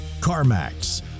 CarMax